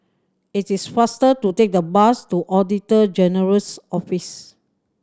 it is faster to take the bus to Auditor General's Office